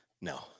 No